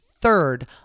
third